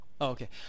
Okay